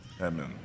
Amen